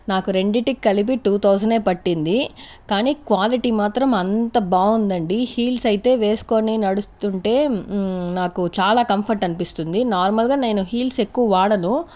నాకు రెండిటికి కలిపి టు థౌజండే పట్టింది కానీ క్వాలిటీ మాత్రం అంత బాగుందండి హిల్స్ అయితే వేసుకొని నడుస్తుంటే నాకు చాలా కంఫర్ట్ అనిపిస్తుంది నార్మల్గా నేను హీల్స్ ఎక్కువ వాడను